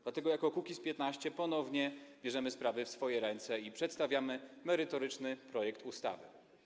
Dlatego jako Kukiz’15 ponownie bierzemy sprawy w swoje ręce i przedstawiamy merytoryczny projekt ustawy.